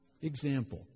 Example